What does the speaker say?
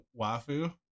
wafu